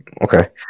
Okay